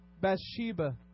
Bathsheba